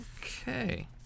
okay